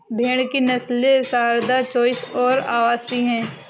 भेड़ की नस्लें सारदा, चोइस और अवासी हैं